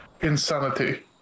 insanity